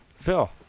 Phil